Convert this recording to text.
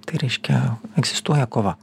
tai reiškia egzistuoja kova